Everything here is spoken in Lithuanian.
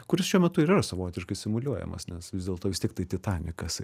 kuris šiuo metu yra savotiškai simuliuojamas nes vis dėlto vis tiek tai titanikas